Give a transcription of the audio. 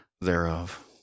thereof